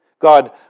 God